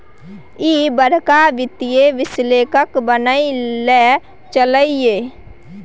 ईह बड़का वित्तीय विश्लेषक बनय लए चललै ये